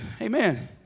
amen